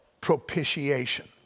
propitiation